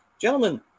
Gentlemen